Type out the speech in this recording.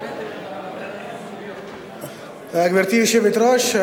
גברתי היושבת-ראש,